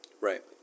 Right